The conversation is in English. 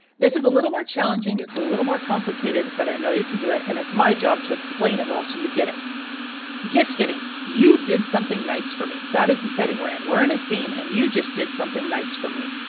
this is a little more challenging. it's a little more complicated, but i know you can do it and it's my job to explain it well, so you get it gift giving. you did something nice for me. that is the setting where and anywhere in a scene and you just did something nice for me.